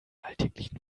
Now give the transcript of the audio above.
alltäglichen